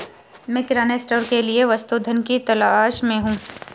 मैं किराना स्टोर के लिए वस्तु धन की तलाश में हूं